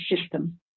system